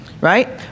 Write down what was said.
right